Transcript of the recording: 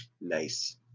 Nice